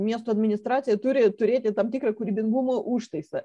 miesto administracija turi turėti tam tikrą kūrybingumo užtaisą